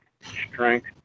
strength